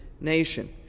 nation